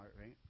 right